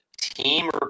team